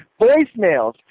Voicemails